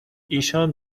ایشان